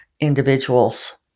individuals